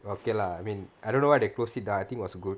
okay lah I mean I don't know why they close it down I think it was good